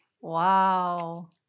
Wow